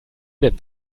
denn